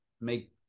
make